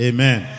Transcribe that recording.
Amen